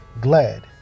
glad